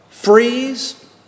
freeze